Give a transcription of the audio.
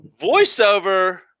voiceover